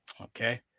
Okay